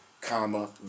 comma